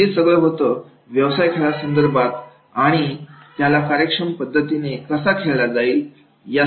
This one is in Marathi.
तर हे सगळं होतं व्यवसाय खेळासंदर्भात आणि त्याला कार्यक्षम पद्धतीने कसा खेळला जाईल